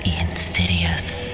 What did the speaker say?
insidious